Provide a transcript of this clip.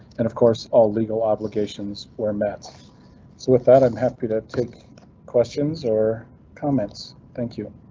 and of course, all legal obligations were met. so with that i'm happy to take questions or comments. thank you.